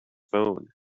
phone